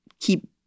keep